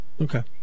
Okay